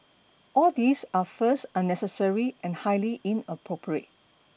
all these are first unnecessary and highly inappropriate